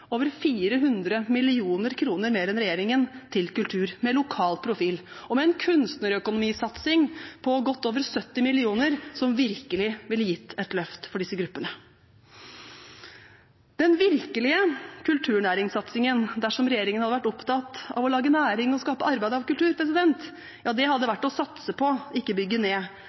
over 400 mill. kr mer enn regjeringen til kultur, med lokal profil og med en kunstnerøkonomisatsing på godt over 70 mill. kr som virkelig ville gitt et løft for disse gruppene. Den virkelige kulturnæringssatsingen, dersom regjeringen hadde vært opptatt av å lage næring og skape arbeid av kultur, hadde vært å satse på og ikke bygge ned